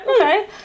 okay